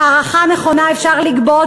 בהערכה נכונה אפשר לגבות